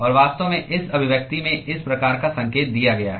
और वास्तव में इस अभिव्यक्ति में इस प्रकार का संकेत दिया गया है